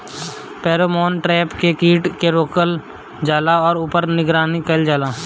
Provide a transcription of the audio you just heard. Pheromone trap से कीट के रोकल जाला और ऊपर निगरानी कइल जाला?